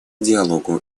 диалогу